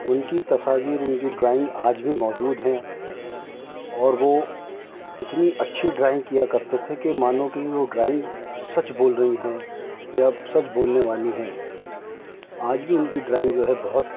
ان کی تصاویر ان کی ڈرائنگ آج بھی موجود ہیں اور وہ اتنی اچھی ڈرائنگ کیا کرتے تھے کہ مانو کہ وہ ڈرائنگ سچ بول رہی ہے یا سچ بولنے والی ہیں آج بھی ان کی ڈرائنگ جو ہے بہت